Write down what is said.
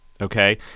Okay